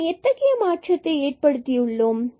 நாம் எத்தகைய மாற்றத்தை ஏற்படுத்தியுள்ளோம்